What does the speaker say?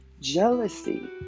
jealousy